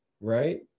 right